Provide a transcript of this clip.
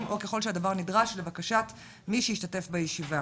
או ככל שהדבר נדרש לבקשת מי שהשתתף בישיבה